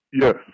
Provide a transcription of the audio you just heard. Yes